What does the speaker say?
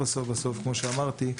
בסוף כמו שאמרתי,